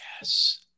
yes